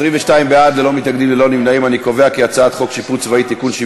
ההצעה להעביר את הצעת חוק השיפוט הצבאי (תיקון מס'